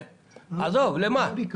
עזוב, לשם מה?